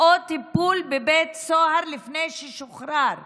או טיפול בבית סוהר לפני שהם שוחררו.